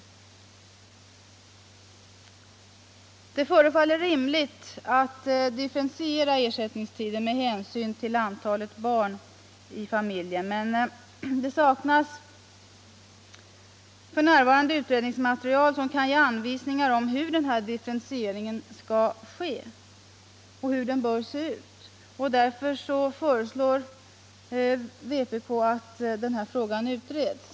Nr 119 Det förefaller rimligt att differentiera ersättningstiden med hänsyn till Torsdagen den antalet barn i familjen. Men det saknas f. n. utredningsmaterial som kan — 6 maj 1976 ge anvisningar om hur denna differentiering skall ske och hur den bör —— se ut. Vpk föreslår därför att denna fråga utreds.